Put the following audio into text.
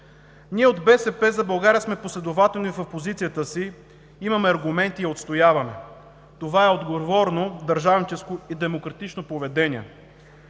Ние от „БСП за България“ сме последователни в позицията си, имаме аргументи и ги отстояваме. Това е отговорно, държавническо и демократично поведение.